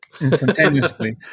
instantaneously